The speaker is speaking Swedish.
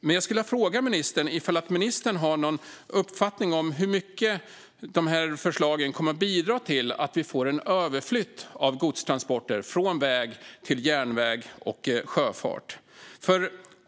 Men jag skulle vilja fråga om ministern har en uppfattning om hur mycket förslagen kommer att bidra till att vi får en överflytt av godstransporter från väg till järnväg och sjöfart.